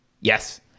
Yes